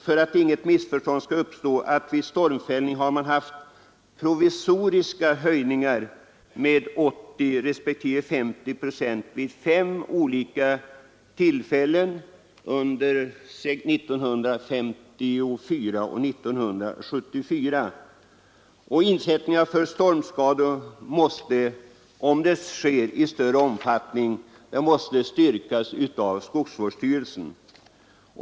För att inget missförstånd skall uppstå vill-jag meddela att vid stormfällning medgivits provisoriska höjningar till 80 respektive 50 procent vid fem olika tillfällen under tiden 1954—1972. Om insättningar för stormskador sker i större omfattning måste skadorna styrkas av skogsvårdsstyrelsen.